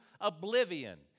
oblivion